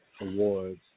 Awards